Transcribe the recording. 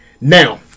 Now